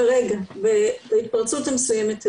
כרגע, בהתפרצות המסוימת הזו.